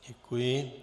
Děkuji.